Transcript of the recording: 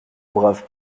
brave